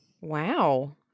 Wow